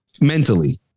Mentally